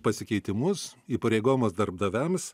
pasikeitimus įpareigojimas darbdaviams